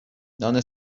نان